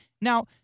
Now